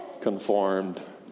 conformed